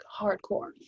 hardcore